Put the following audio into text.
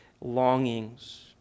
longings